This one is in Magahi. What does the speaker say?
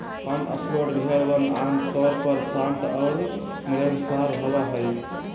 कॉटस्वोल्ड भेड़वन आमतौर पर शांत और मिलनसार होबा हई